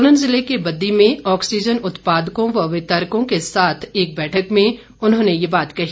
सोलन ज़िले के बद्दी में ऑक्सीज़न उत्पादकों व वितरकों के साथ एक बैठक में उन्होंने ये बात कही